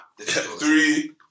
three